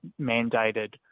mandated